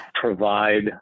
provide